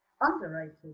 Underrated